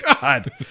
God